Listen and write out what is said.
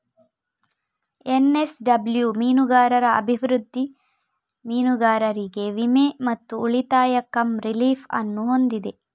NSW ಮೀನುಗಾರರ ಅಭಿವೃದ್ಧಿ, ಮೀನುಗಾರರಿಗೆ ವಿಮೆ ಮತ್ತು ಉಳಿತಾಯ ಕಮ್ ರಿಲೀಫ್ ಅನ್ನು ಹೊಂದಿದೆ